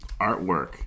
artwork